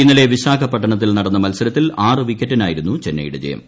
ഇന്നലെ വിശാഖപട്ടണത്തിൽ നടന്ന മീത്സരത്തിൽ ആറ് വിക്കറ്റിനായിരുന്നു ചെന്നൈയുടെ ജയം